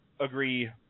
agree